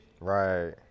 Right